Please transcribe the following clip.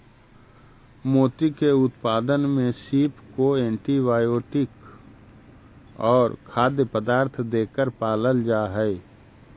मोती के उत्पादन में सीप को एंटीबायोटिक और खाद्य पदार्थ देकर पालल जा हई